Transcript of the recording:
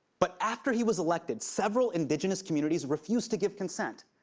but after he was elected, several indigenous communities refused to give consent,